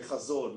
לחזון,